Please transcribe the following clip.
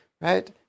right